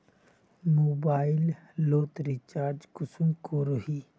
Mobile लोत recharge कुंसम करोही?